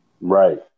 Right